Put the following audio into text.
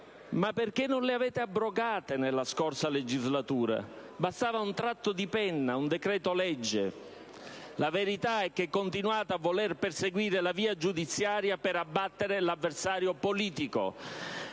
ma perché non le avete abrogate nella scorsa legislatura? Bastava un tratto di penna, un decreto-legge. La verità è che continuate a voler perseguire la via giudiziaria per abbattere l'avversario politico.